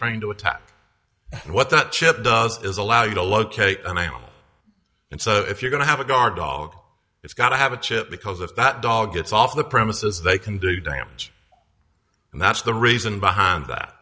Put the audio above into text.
trying to attack and what that chip does is allow you to locate an island and so if you're going to have a guard dog it's got to have a chip because if that dog gets off the premises they can do damage and that's the reason behind that